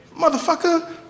motherfucker